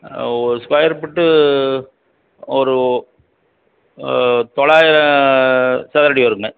ஒரு square feet ஒரு தொள்ளாயிரம் சதுர அடி வருங்க